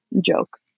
joke